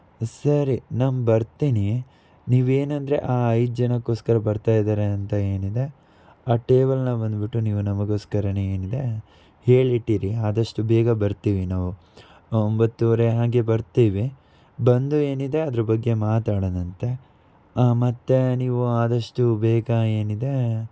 ಸರಿ ನಮ್ಮ ಬರ್ತೀನಿ ನೀವು ಏನಂದರೆ ಆ ಐದು ಜನಕ್ಕೋಸ್ಕರ ಬರ್ತಾ ಇದ್ದಾರೆ ಅಂತ ಏನಿದೆ ಆ ಟೇಬಲ್ನ ಬಂದುಬಿಟ್ಟು ನೀವು ನಮಗೋಸ್ಕರನೇ ಏನಿದೆ ಹೇಳಿ ಇಟ್ಟಿರಿ ಆದಷ್ಟು ಬೇಗ ಬರ್ತೀವಿ ನಾವು ಒಂಬತ್ತೂವರೆ ಹಾಗೆ ಬರ್ತೀವಿ ಬಂದು ಏನಿದೆ ಅದ್ರ ಬಗ್ಗೆ ಮಾತಾಡೋಣಂತೆ ಮತ್ತು ನೀವು ಆದಷ್ಟು ಬೇಗ ಏನಿದೆ